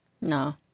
No